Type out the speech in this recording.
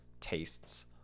tastes